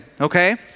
okay